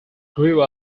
grew